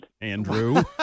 Andrew